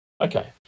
okay